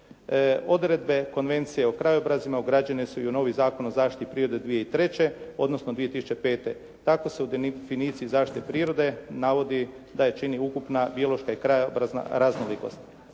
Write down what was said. Odredbe konvencije o krajobrazima ugrađene su i u novi Zakon o zaštiti prirode 2003. odnosno 2005. Tako se u definiciji zaštite prirode navodi da je čini ukupna biološka i krajobrazna raznolikost.